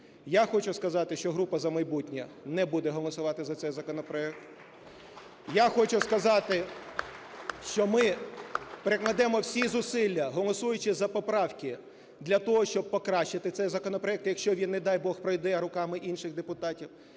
Я хочу сказати, що група "За майбутнє" не буде голосувати за цей законопроект. Я хочу сказати, що ми прикладемо всі зусилля, голосуючи за поправки для того, щоб покращити цей законопроект, якщо він, не дай Бог, пройде руками інших депутатів.